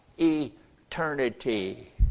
eternity